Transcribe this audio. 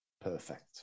Perfect